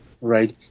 right